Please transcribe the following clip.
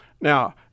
Now